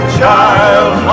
child